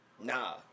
nah